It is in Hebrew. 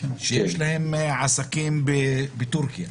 שיש להם עסקים בטורקיה,